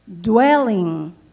dwelling